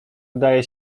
udaje